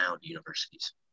universities